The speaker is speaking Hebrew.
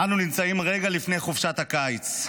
אנו נמצאים רגע לפני חופשת הקיץ.